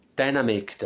dynamic